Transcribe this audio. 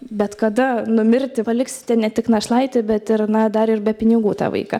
bet kada numirti paliksite ne tik našlaitį bet ir na dar ir be pinigų tą vaiką